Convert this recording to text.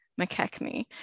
McKechnie